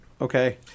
okay